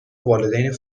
والدین